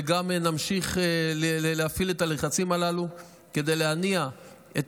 וגם נמשיך להפעיל את הלחצים הללו כדי להניע את